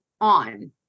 on